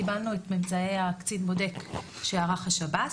קיבלנו את ממצאי הקצין בודק שערך השב"ס,